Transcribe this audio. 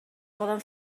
poden